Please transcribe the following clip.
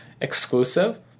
exclusive